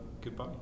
goodbye